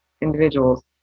individuals